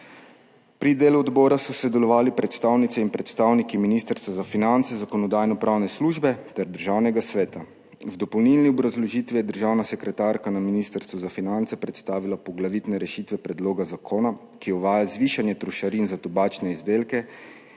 Pri delu odbora so sodelovali predstavnice in predstavniki Ministrstva za finance, Zakonodajno-pravne službe ter Državnega sveta. V dopolnilni obrazložitvi je državna sekretarka na Ministrstvu za finance predstavila poglavitne rešitve predloga zakona, ki uvaja zvišanje trošarin za tobačne izdelke